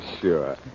Sure